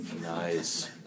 Nice